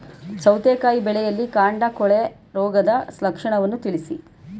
ಸೌತೆಕಾಯಿ ಬೆಳೆಯಲ್ಲಿ ಕಾಂಡ ಕೊಳೆ ರೋಗದ ಲಕ್ಷಣವನ್ನು ತಿಳಿಸಿ?